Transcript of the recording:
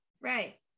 right